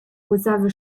łzawy